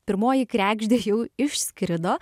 pirmoji kregždė jau išskrido